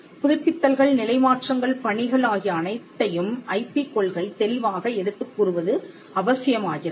புதுப்பித்தல்கள் நிலை மாற்றங்கள் பணிகள் ஆகிய அனைத்தையும் ஐபி கொள்கை தெளிவாக எடுத்துக் கூறுவது அவசியமாகிறது